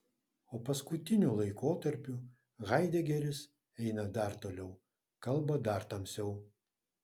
o paskutiniu laikotarpiu haidegeris eina dar toliau kalba dar tamsiau